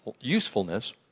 usefulness